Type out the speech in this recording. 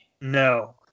No